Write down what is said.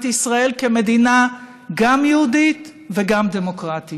ישראל כמדינה שהיא גם יהודית וגם דמוקרטית.